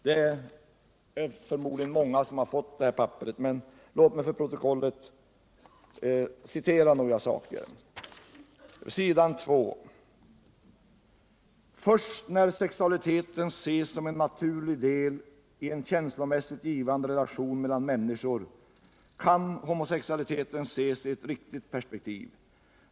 Det är förmodligen många som har fått det här papperet, men låt mig ändå till protokollet citera en del saker. På s. 2: ”Först när sexualiteten ses som en naturlig del i en känslomässigt givande relation mellan människor, kan homosexualiteten ses i riktigt perspektiv.